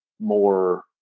more